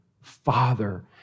father